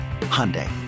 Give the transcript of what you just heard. Hyundai